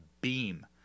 Beam